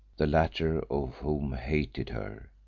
the latter of whom hated her.